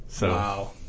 Wow